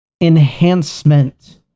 enhancement